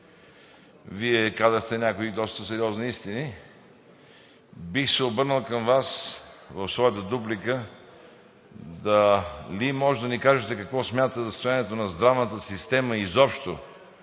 Вие казахте някои доста сериозни истини. Бих се обърнал към Вас в своята дуплика. Вие можете да ни кажете какво смятате за състоянието на здравната система изобщо,